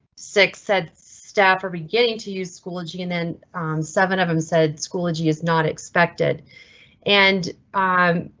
six said staff are beginning to use schoology and then seven of them said schoology is not expected and. um um